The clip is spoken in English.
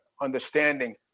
understanding